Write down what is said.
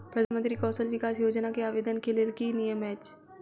प्रधानमंत्री कौशल विकास योजना केँ आवेदन केँ लेल की नियम अछि?